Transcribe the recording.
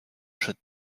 przed